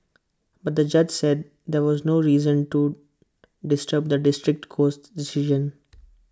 but the judge said there was no reason to disturb the district court's decision